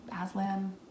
aslan